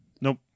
Nope